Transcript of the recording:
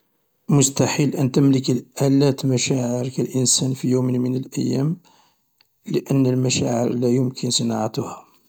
مستحيل ان تملك الآلات مشاعر كالانسان في يوم من الأيام لأن المشاعر لايمكن صناعتها.